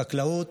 חקלאות,